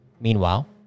Meanwhile